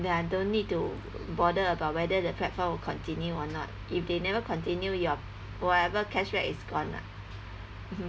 ya don't need to bother about whether the platform will continue or not if they never continue your whatever cashback is gone lah